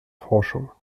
forschung